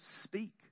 speak